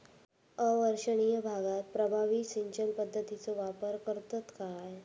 अवर्षणिय भागात प्रभावी सिंचन पद्धतीचो वापर करतत काय?